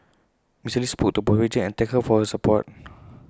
Mister lee spoke to A property agent and thank her for her support